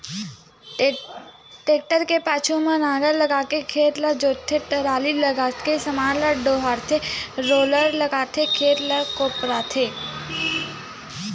tractor के पाछू म नांगर लगाके खेत ल जोतथे, टराली लगाके समान ल डोहारथे रोलर लगाके खेत ल कोपराथे